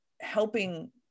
helping